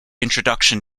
introduction